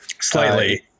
Slightly